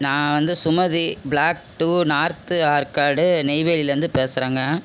நான் வந்து Sumathi block to north Arcot நெய்வேலிலேருந்து பேசுகிறேங்க